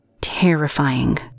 Terrifying